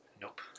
Nope